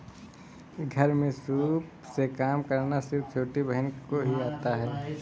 घर में सूप से काम करना सिर्फ छोटी बहन को ही आता है